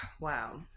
wow